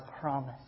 promise